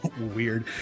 weird